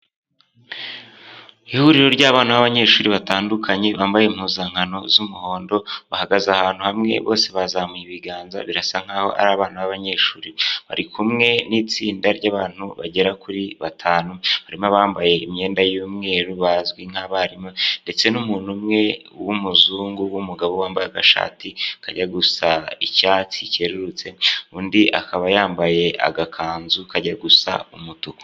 Ihuriro ry'abana b'abanyeshuri batandukanye, bambaye impuzankano z'umuhondo, bahagaze ahantu hamwe, bose bazamuye ibiganza birasa nkaho ari abana b'abanyeshuri, bari kumwe n'itsinda ry'abantu bagera kuri batanu. Harimo abambaye imyenda y'umweru bazwi nk'abarimu ndetse n'umuntu umwe w'umuzungu w'umugabo wambaye agashati kajya gusa icyatsi cyerurutse, undi akaba yambaye agakanzu kajya gusa umutuku.